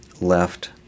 left